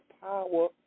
power